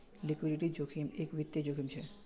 liquidity जोखिम एक वित्तिय जोखिम छे